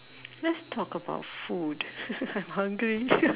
let's talk about food I'm hungry